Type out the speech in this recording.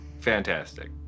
Fantastic